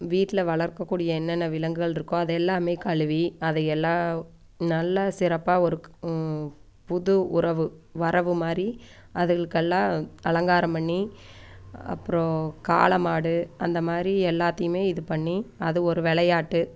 வீட்டில் வளர்க்கக்கூடிய என்னென்ன விலங்குகள்ருக்கோ அதை எல்லாம் கழுவி அதையெல்லாம் நல்லா சிறப்பாக ஒருக் புது உறவு வரவு மாதிரி அதுகளுக்கெல்லாம் அலங்காரம் பண்ணி அப்புறோம் காளை மாடு அந்த மாதிரி எல்லாத்தையும் இது பண்ணி அது ஒரு விளையாட்டு